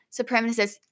supremacist